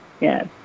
yes